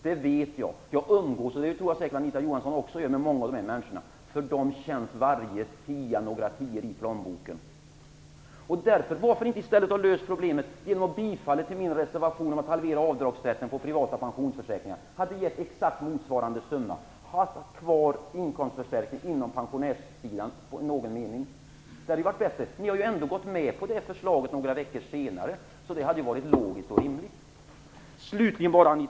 Det vet jag. Jag umgås - och det tror jag att också Anita Johansson gör - med många av dessa människor. För dem känns varje minskning med en tia i plånboken. Varför har man inte i stället löst problemet genom att tillstyrka min motion om att halvera avdragsrätten på privata pensionsförsäkringar? Det hade gett exakt motsvarande summa, och inkomstförstärkningen på pensionärssidan hade funnits kvar. Det hade varit bättre. Ni hade ändå gått med på det förslaget några veckor senare, så det hade ju varit logiskt och rimligt.